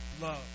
love